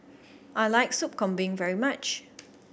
I like Sop Kambing very much